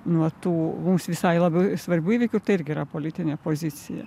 nuo tų mums visai labai svarbių įvykių tai irgi yra politinė pozicija